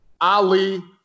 Ali